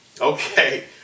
Okay